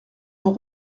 pour